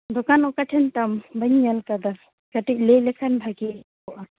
ᱫᱚᱠᱟᱱ ᱚᱠᱟ ᱴᱷᱮᱱ ᱛᱟᱢ ᱵᱟᱹᱧ ᱧᱮᱞ ᱟᱠᱟᱫᱟ ᱠᱟᱹᱴᱤᱡ ᱞᱟᱹᱭ ᱞᱮᱠᱷᱟᱱ ᱵᱷᱟᱹᱜᱤ ᱠᱚᱜᱼᱟ